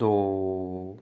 ਦੋ